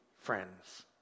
friends